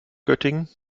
göttingen